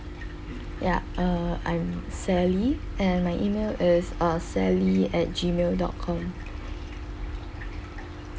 ya err I'm sally and my email is uh sally at gmail dot com